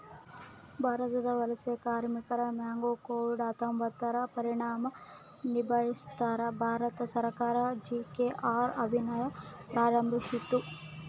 ಭಾರತದ ವಲಸೆ ಕಾರ್ಮಿಕರ ಮ್ಯಾಗ ಕೋವಿಡ್ ಹತ್ತೊಂಬತ್ತುರ ಪರಿಣಾಮ ನಿಭಾಯಿಸಾಕ ಭಾರತ ಸರ್ಕಾರ ಜಿ.ಕೆ.ಆರ್ ಅಭಿಯಾನ್ ಪ್ರಾರಂಭಿಸಿತು